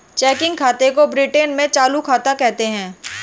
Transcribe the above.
checking खाते को Britain में चालू खाता कहते हैं